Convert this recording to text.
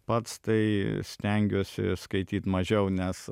pats tai stengiuosi skaityt mažiau nes